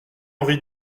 henri